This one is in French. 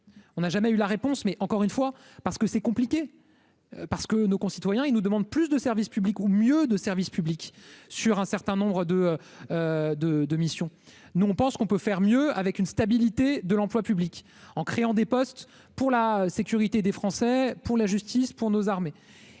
on n'a jamais eu la réponse, mais encore une fois parce que c'est compliqué parce que nos concitoyens, ils nous demandent plus de service public, ou mieux de services publics sur un certain nombre de de de mission, nous on pense qu'on peut faire mieux avec une stabilité de l'emploi public en créant des postes pour la sécurité des Français pour la justice, pour nos armées